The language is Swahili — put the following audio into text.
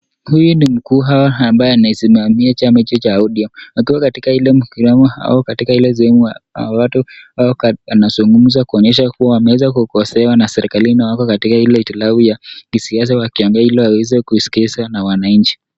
Huyu ni mkuu ambaye anasimamia chama cha ODM wakiwa katika ile mtutano au katika hile sehemu, hao watu wanasungumuza kuonyesha wameweza kukosewa na serekalini na wako katika hitilafu ya siasa wakiongea hili waweze kuskizwa na wananchi.